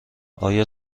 آیا